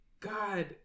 God